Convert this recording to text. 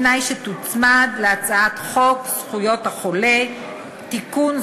בתנאי שתוצמד להצעת חוק זכויות החולה (תיקון,